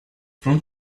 from